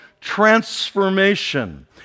transformation